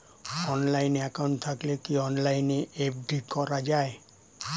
Online account থাকলে কি অনলাইনে এফ.ডি করা যায়?